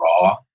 raw